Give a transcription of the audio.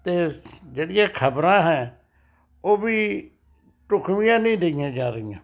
ਅਤੇ ਜਿਹੜੀਆਂ ਖ਼ਬਰਾਂ ਹੈ ਉਹ ਵੀ ਢੁਕਵੀਆਂ ਨਹੀਂ ਦਈਆਂ ਜਾ ਰਹੀਆਂ